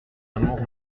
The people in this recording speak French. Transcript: amour